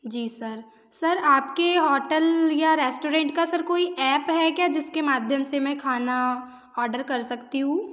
जी sir sir आपके hotel या restaurant का सर कोई एप्प है क्या जिसके माध्यम से मैं खाना आर्डर कर सकती हूँ